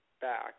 back